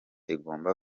igomba